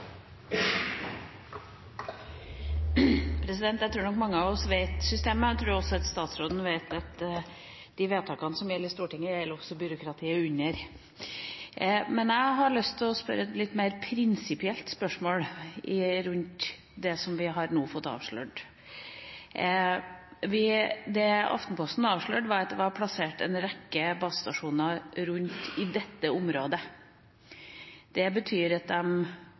Jeg tror nok mange av oss kjenner systemet, og jeg tror også at statsråden vet at de vedtakene som fattes i Stortinget, også gjelder for byråkratiet under. Jeg har lyst å stille et litt mer prinsipielt spørsmål rundt det som vi nå har fått avslørt. Aftenposten avslørte at det var plassert en rekke basestasjoner rundt i dette området. Det betyr at